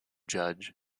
judge